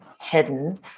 hidden